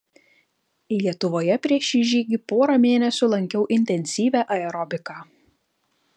lietuvoje prieš šį žygį porą mėnesių lankiau intensyvią aerobiką